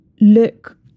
look